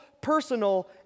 personal